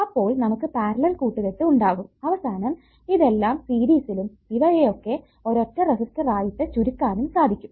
അപ്പോൾ നമുക്ക് പാരലൽ കൂട്ടുകെട്ട് ഉണ്ടാകും അവസാനം ഇതെല്ലം സീരിസിലും ഇവയെ ഒക്കെ ഒരൊറ്റ റെസിസ്റ്റർ ആയിട്ട് ചുരുക്കാനും സാധിക്കും